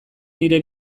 nire